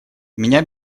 меня